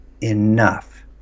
enough